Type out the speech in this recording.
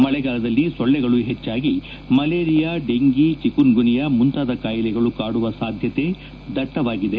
ಮಳೆಗಾಲದಲ್ಲಿ ಸೊಳ್ಳೆಗಳು ಹೆಚ್ಚಾಗಿ ಮಲೇರಿಯಾ ಡೆಂಘಿ ಚಿಕೂನ್ಗುನ್ಯಾ ಮುಂತಾದ ಕಾಯಿಲೆಗಳು ಕಾಡುವ ಸಾಧ್ಯತೆ ದಟ್ಟವಾಗಿದೆ